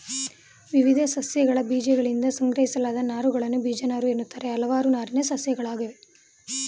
ವಿವಿಧ ಸಸ್ಯಗಳಬೀಜಗಳಿಂದ ಸಂಗ್ರಹಿಸಲಾದ ನಾರುಗಳನ್ನು ಬೀಜನಾರುಎನ್ನುತ್ತಾರೆ ಹಲವಾರು ನಾರಿನ ಸಸ್ಯಗಳಯ್ತೆ